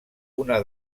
una